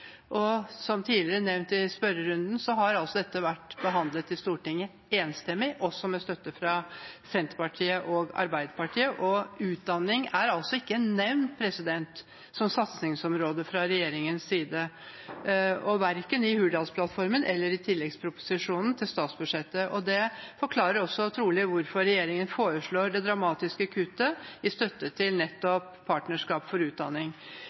Som tidligere nevnt i spørrerunden har dette vært behandlet i Stortinget, med et enstemmig vedtak – også med støtte fra Senterpartiet og Arbeiderpartiet – og utdanning er altså ikke nevnt som satsingsområde fra regjeringens side, verken i Hurdalsplattformen eller i tilleggsproposisjonen til statsbudsjettet. Det forklarer trolig også hvorfor regjeringen foreslår det dramatiske kuttet i støtten til Det globale partnerskapet for utdanning.